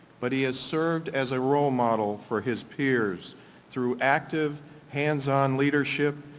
but he has served as a role model for his peers through active hands on leadership,